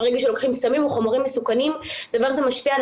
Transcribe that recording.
ברגע שלוקחים סמים או חומרים מסוכנים הדבר הזה משפיע על